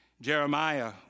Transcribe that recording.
Jeremiah